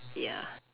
ya